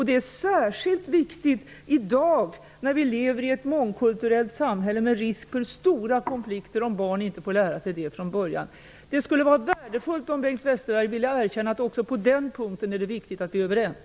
Det är särskilt viktigt i dag då vi lever i ett mångkulturellt samhälle, med risk för stora konflikter om barn inte får lära sig det från början. Det skulle vara värdefullt om Bengt Westerberg ville erkänna att det också på den punkten är viktigt att vi är överens.